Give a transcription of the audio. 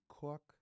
cook